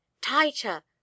tighter